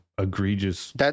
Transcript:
egregious